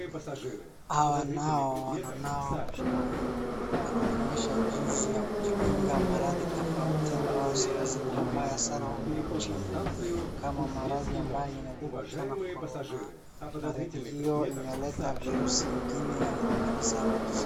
Hawa nao wananawa mkono. Wanaonyesha jinsi ya kujikinga maradhi tofauti ambayo zina sifa mbaya sana humu nchini kama maradhi ambayo inajulikana Corona. Maradhi hiyo imeleta virusi ingine inaomaliza watu.